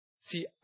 See